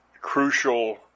crucial